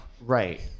right